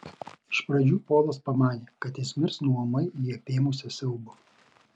iš pradžių polas pamanė kad jis mirs nuo ūmai jį apėmusio siaubo